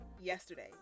yesterday